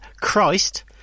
Christ